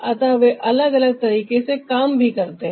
अतः वे अलग अलग तरीके से काम भी करते हैं